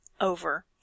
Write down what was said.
over